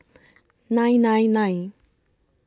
nine nine nine